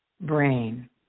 brain